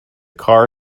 car